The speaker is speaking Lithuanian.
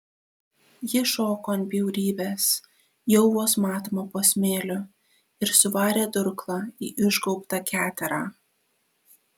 ji šoko ant bjaurybės jau vos matomo po smėliu ir suvarė durklą į išgaubtą keterą